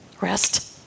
Rest